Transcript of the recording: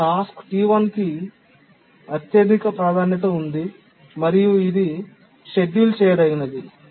ఇక్కడ task T1 కి అత్యధిక ప్రాధాన్యత ఉంది మరియు ఇది షెడ్యూల్ చేయదగినది